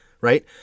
right